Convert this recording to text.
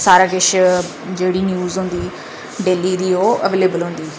सारा किश जेह्ड़ी न्यूज होंदी डेह्ली दी ओह् अवेलएबल होंदी